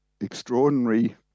extraordinary